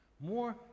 More